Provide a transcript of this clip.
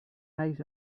eyes